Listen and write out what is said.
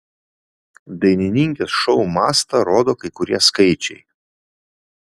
dainininkės šou mastą rodo kai kurie skaičiai